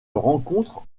rencontre